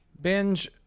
Binge